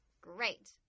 great